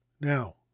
now